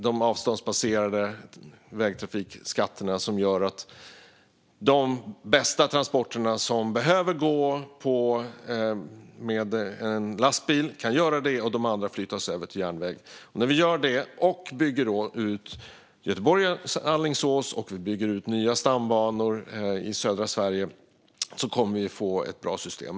Dessa åtgärder gör att de bästa transporterna som behöver gå med lastbil, kan göra det och att de andra flyttas över till järnväg. När vi gör detta men också bygger ut sträckan Göteborg-Alingsås och bygger ut nya stambanor i södra Sverige kommer vi att få ett bra system.